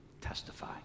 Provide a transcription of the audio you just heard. testify